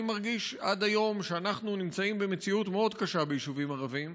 אני מרגיש שעד היום אנחנו נמצאים במציאות מאוד קשה ביישובים ערביים.